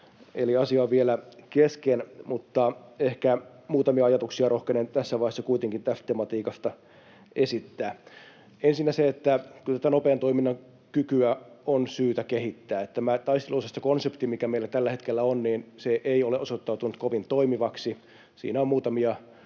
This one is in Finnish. eli asia on vielä kesken, mutta ehkä muutamia ajatuksia kuitenkin rohkenen tässä vaiheessa tästä tematiikasta esittää. Ensinnä on se, että kyllä tätä nopean toiminnan kykyä on syytä kehittää, koska tämä taisteluosastokonsepti, mikä meillä tällä hetkellä on, ei ole osoittautunut kovin toimivaksi. Siinä on muutamia